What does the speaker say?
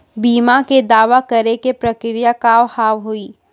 बीमा के दावा करे के प्रक्रिया का हाव हई?